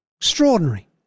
Extraordinary